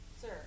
Sir